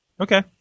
Okay